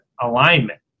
alignment